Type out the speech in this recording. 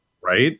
Right